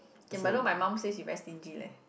okay but you know my mum says you very stingy leh